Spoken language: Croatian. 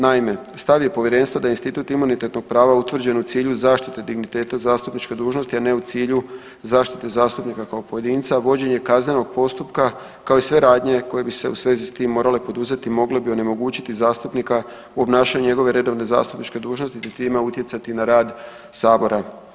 Naime, stav je povjerenstva da je institut imunitetnog prava utvrđen u cilju zaštite digniteta zastupničke dužnosti, a ne u cilju zaštite zastupnika kao pojedinca vođenje kaznenog postupka kao i sve radnje koje bi se u svezi s tim morale poduzeti mogle bi onemogućiti zastupnika u obnašanju njegove redovne zastupničke dužnosti te tima utjecati na rad sabora.